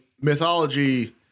mythology